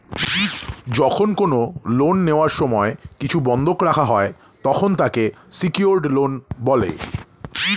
যখন কোন লোন নেওয়ার সময় কিছু বন্ধক রাখা হয়, তখন তাকে সিকিওরড লোন বলে